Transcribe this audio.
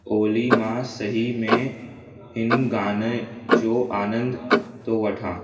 ओली मां सही में हिन गाने जो आनंद थो वठा